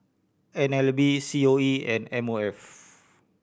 N L B C O E and M O F